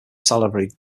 salivary